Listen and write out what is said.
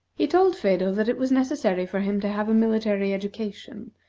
he told phedo that it was necessary for him to have a military education,